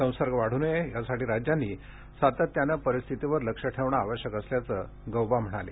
संसर्ग वाढू नये यासाठी राज्यांनी सातत्यानं परिस्थितीवर लक्ष ठेवणं आवश्यक असल्याचं गौबा म्हणाले